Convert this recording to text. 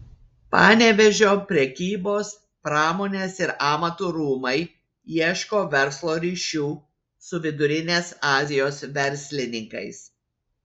panevėžio prekybos pramonės ir amatų rūmai ieško verslo ryšių su vidurinės azijos verslininkais